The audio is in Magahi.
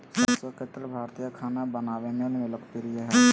सरसो के तेल भारतीय खाना बनावय मे लोकप्रिय हइ